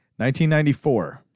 1994